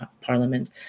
parliament